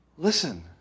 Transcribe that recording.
Listen